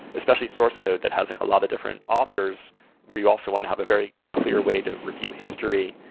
especially source code that has like a lot of different authors where you also want to have a very clear way to review history,